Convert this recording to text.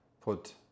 put